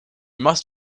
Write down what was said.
must